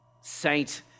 saint